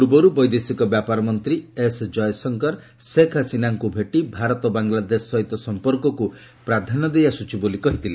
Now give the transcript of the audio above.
ପୂର୍ବରୁ ବୈଦେଶିକ ବ୍ୟାପାର ମନ୍ତ୍ରୀ ଏସ୍ ଜୟଶଙ୍କର ସେଖ୍ ହସିନାଙ୍କୁ ଭେଟି ଭାରତ ବାଂଲାଦେଶ ସହିତ ସମ୍ପର୍କକୁ ପ୍ରାଧାନ୍ୟ ଦେଇଆସୁଛି ବୋଲି କହିଛନ୍ତି